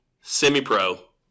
Semi-Pro